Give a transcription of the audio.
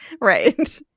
Right